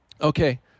Okay